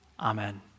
Amen